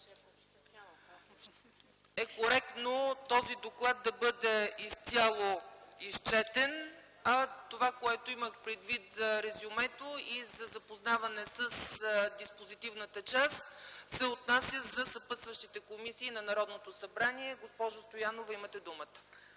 е коректно той да бъде изцяло изчетен, а това, което имах предвид за резюмето и за запознаване с диспозитивната част, се отнася за съпътстващите комисии на Народното събрание. Госпожо Стоянова, имате думата.